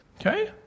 Okay